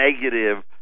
negative